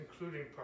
including